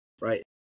Right